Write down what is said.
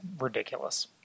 ridiculous